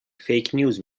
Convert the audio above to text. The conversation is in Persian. فیکنیوز